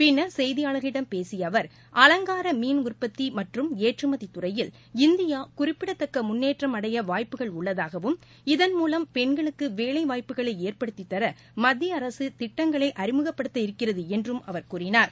பின்னா் செய்தியாளா்களிடம் பேசிய அவா் அவங்கார மீன் உற்பத்தி மற்றும் ஏற்றுமதி துறையில் இந்தியா குறிப்பிடத்தக்க முன்னேற்றம் அடைய வாய்ப்புகள் உள்ளதாகவும் இதன் மூலம் பெண்களுக்கு வேலைவாய்ப்புகளை ஏற்படுத்திதர மத்திய அரசு திட்டங்களை அறிமுகப்படுத்த இருக்கிறது என்றும் அவர் கூறினார்